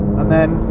and then